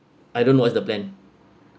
I don't know what's the plan